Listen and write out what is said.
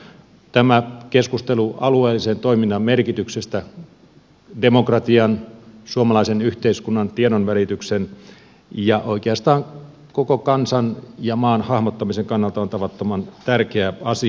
tämä keskustelu alueellisen toiminnan merkityksestä demokratian suomalaisen yhteiskunnan tiedonvälityksen ja oikeastaan koko kansan ja maan hahmottamisen kannalta on tavattoman tärkeä asia